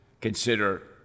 consider